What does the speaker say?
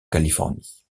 californie